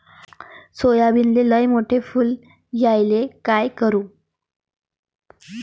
सोयाबीनले लयमोठे फुल यायले काय करू?